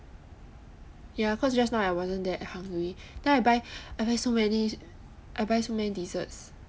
ya cause just now I wasn't that hungry then I buy I buy so many I buy so many desserts